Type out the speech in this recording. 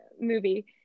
movie